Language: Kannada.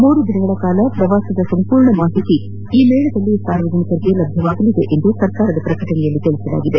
ಮೂರು ದಿನಗಳ ಕಾಲ ಪ್ರವಾಸದ ಸಂಪೂರ್ಣ ಮಾಹಿತಿ ಈ ಮೇಳದಲ್ಲಿ ಸಾರ್ವಜನಿಕರಿಗೆ ಲಭ್ಯವಿರಲಿದೆ ಎಂದು ಸರ್ಕಾರದ ಪ್ರಕಟಣೆ ತಿಳಿಸಿದೆ